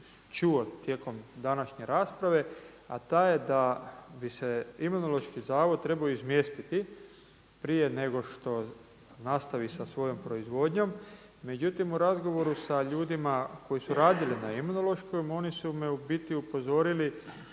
čuo tijekom današnje rasprave, a ta je da bi se Imunološki zavod trebao izmjestiti prije nego što nastavi sa svojom proizvodnjom. Međutim, u razgovoru sa ljudima koji su radili na Imunološkom, oni su me u biti upozorili